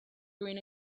green